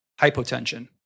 hypotension